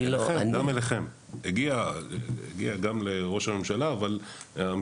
גם למשרד ראש הממשלה אבל גם אליכם,